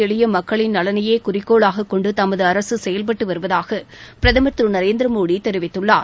எளிய மக்களின் நலனையே குறிக்கோளாக கொண்டு தமது அரசு செயல்பட்டு வருவதாக பிரதமர் திரு நரேந்திர் மோடி தெரிவித்துள்ளார்